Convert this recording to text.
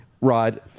Rod